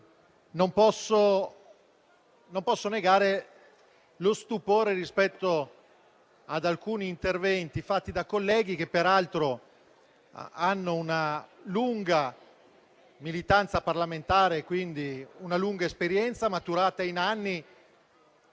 Non posso tuttavia negare lo stupore rispetto ad alcuni interventi fatti da colleghi che peraltro hanno una lunga militanza parlamentare, quindi una lunga esperienza maturata in anni